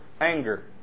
anger